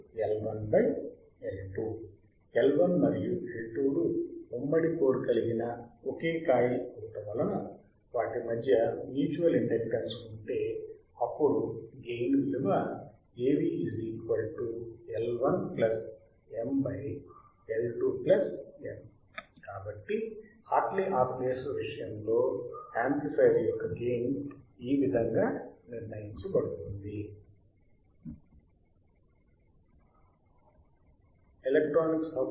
L1 మరియు L2 లు ఉమ్మడి కోర్ కలిగిన ఒకే కాయిల్ అవుట వలన వాటి మధ్య మ్యూచువల్ ఇండక్తెన్స్ ఉంటే అప్పడు గెయిన్ విలువ కాబట్టి హార్ట్లీ ఆసిలేటర్ విషయంలో యాంప్లిఫైయర్ యొక్క గెయిన్ ఈ విధంగా నిర్ణయించబడుతుంది ఎలక్ట్రానిక్స్ హబ్